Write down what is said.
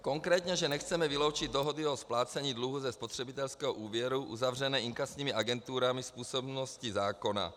Konkrétně že nechceme vyloučit dohody o splácení dluhu ze spotřebitelského úvěru uzavřené inkasními agenturami z působnosti zákona.